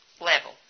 Level